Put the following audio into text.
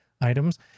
items